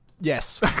yes